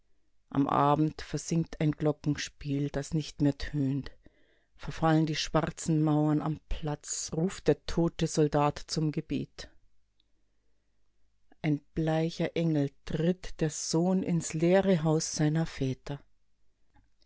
am abend versinkt ein glockenspiel das nicht mehr tönt verfallen die schwarzen mauern am platz ruft der tote soldat zum gebet ein bleicher engel tritt der sohn ins leere haus seiner väter